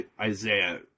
isaiah